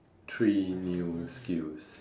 three new skills